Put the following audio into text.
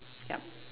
yup